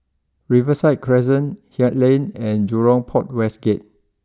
Riverside Crescent Haig Lane and Jurong Port West Gate